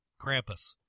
Krampus